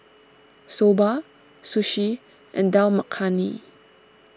Soba Sushi and Dal Makhani